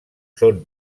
són